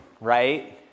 Right